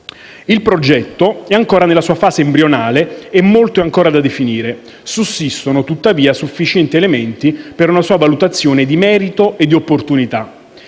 Il progetto è ancora nella sua fase embrionale e molto è ancora da definire. Sussistono, tuttavia, sufficienti elementi per una sua valutazione di merito e di opportunità.